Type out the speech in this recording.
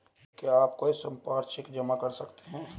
क्या आप कोई संपार्श्विक जमा कर सकते हैं?